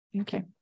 Okay